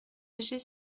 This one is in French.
léger